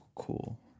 cool